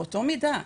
באותה מידה,